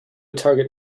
target